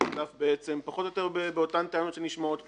שתקף בעצם פחות או יותר באופן טענות שנשמעות פה,